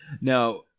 Now